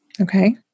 Okay